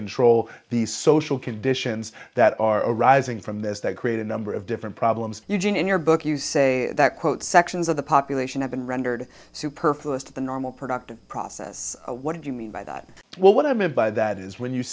control the social conditions that are arising from this that create a number of different problems eugene in your book you say that quote sections of the population have been rendered superfluous to the normal productive process what do you mean by that well what i mean by that is when you